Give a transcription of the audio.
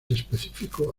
específico